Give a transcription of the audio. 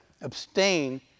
abstain